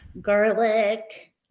garlic